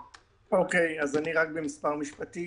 אוקיי, אז אני רק במספר משפטים.